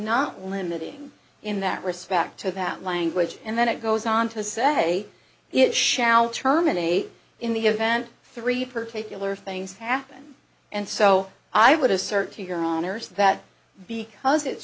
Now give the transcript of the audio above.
not limiting in that respect to that language and then it goes on to say it shall terminate in the event three particular things happen and so i would assert to your honor's that because it's